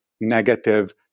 negative